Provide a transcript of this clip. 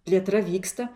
plėtra vyksta